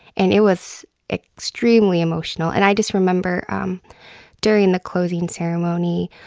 and it was extremely emotional, and i just remember um during the closing ceremony,